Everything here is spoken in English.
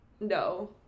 No